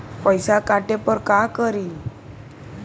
पैसा काटे पर का करि?